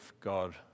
God